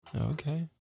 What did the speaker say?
Okay